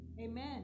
amen